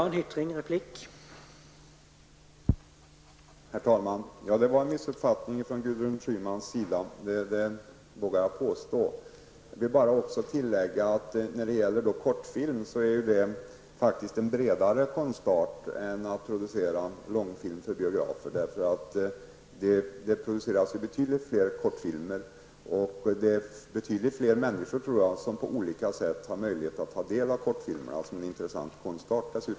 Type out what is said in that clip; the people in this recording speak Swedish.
Herr talman! Jag vågar påstå att det var en missuppfattning från Gudrun Schymans sida. Jag vill också tillägga att kortfilm faktiskt är en bredare konstart än långfilmer producerade för biografer. Det produceras ju betydligt fler kortfilmer, och jag tror dessutom att betydligt fler människor på olika sätt har möjlighet att ta del av kortfilmerna som en intressant konstart.